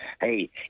hey